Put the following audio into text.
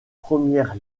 première